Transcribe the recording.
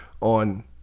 on